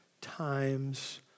times